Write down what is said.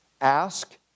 Ask